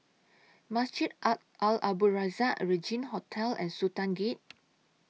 Masjid Al Abdul Razak Regin Hotel and Sultan Gate